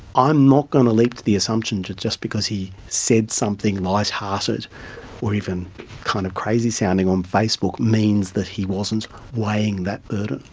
i'm not going to leap to the assumption that just because he said something light-hearted or even kind of crazy-sounding on facebook means that he wasn't weighing that burden.